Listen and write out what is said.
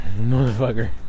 motherfucker